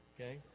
okay